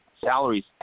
salaries